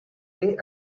they